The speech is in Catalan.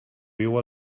viu